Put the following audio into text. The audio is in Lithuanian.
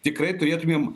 tikrai turėtumėm